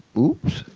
oops!